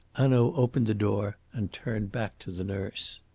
hanaud opened the door and turned back to the nurse.